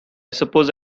suppose